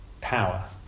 power